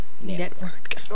Network